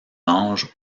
anges